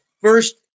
first